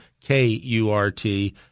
K-U-R-T